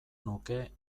nuke